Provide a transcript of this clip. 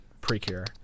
Precure